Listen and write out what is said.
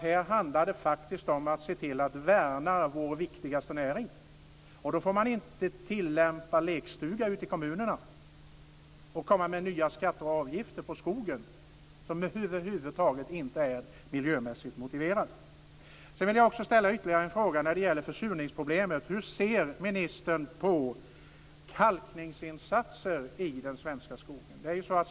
Här handlar det faktiskt om att se till att värna vår viktigaste näring, och då får man inte tillämpa lekstuga ute i kommunerna och komma med nya skatter och avgifter på skogen som över huvud taget inte är miljömässigt motiverade. Sedan vill jag ställa ytterligare en fråga när det gäller försurningsproblemet: Hur ser ministern på kalkningsinsatser i den svenska skogen?